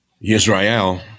Israel